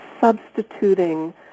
substituting